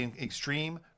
extreme